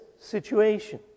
situation